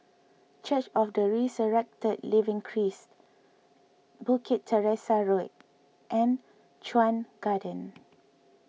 Church of the Resurrected Living Christ Bukit Teresa Road and Chuan Garden